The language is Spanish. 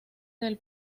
del